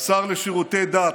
השר לשירותי דת,